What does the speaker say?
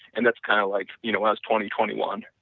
and that's kind of like, you know i was twenty, twenty one,